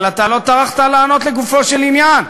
אבל אתה לא טרחת לענות לגופו של עניין.